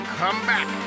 comeback